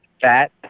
fat